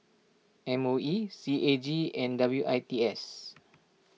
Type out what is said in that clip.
M O E C A G and W I T S